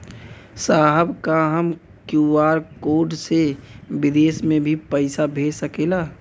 साहब का हम क्यू.आर कोड से बिदेश में भी पैसा भेज सकेला?